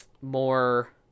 more